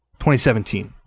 2017